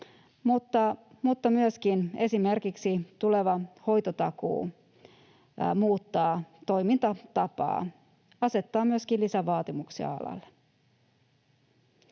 mutta myöskin esimerkiksi tuleva hoitotakuu muuttaa toimintatapaa, asettaa myöskin lisävaatimuksia alalle.